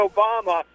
Obama